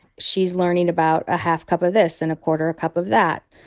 she's learning about a half cup of this and a quarter a cup of that.